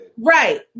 Right